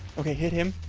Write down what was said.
okay hit him